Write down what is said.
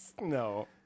No